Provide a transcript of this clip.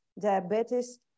diabetes